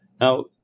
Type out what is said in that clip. Now